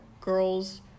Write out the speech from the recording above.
girls